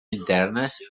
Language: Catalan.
internes